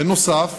בנוסף,